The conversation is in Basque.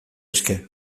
eske